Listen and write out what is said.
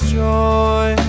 joy